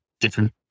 different